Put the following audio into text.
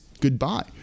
goodbye